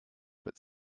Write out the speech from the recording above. but